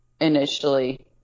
initially